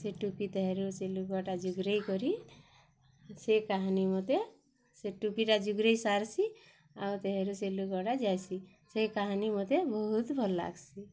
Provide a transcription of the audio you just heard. ସେ ଟୁପି ହେଲେ କରି ସେ କାହାନୀ ମୋତେ ସେ ଟୁପି ସାର୍ସି ଆଉ ଯାଇସି ସେ କାହାନୀ ମୋତେ ବହୁତ୍ ଭଲ୍ ଲାଗ୍ସି